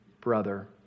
brother